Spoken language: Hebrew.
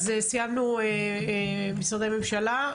סיימנו משרדי הממשלה.